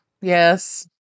yes